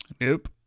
Nope